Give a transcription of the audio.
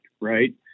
right